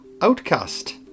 Outcast